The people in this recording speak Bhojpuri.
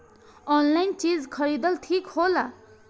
आनलाइन चीज खरीदल ठिक होला?